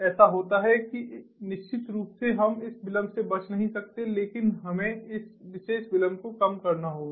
ऐसा होता है कि निश्चित रूप से हम इस विलंब से बच नहीं सकते लेकिन हमें इस विशेष विलंब को कम करना होगा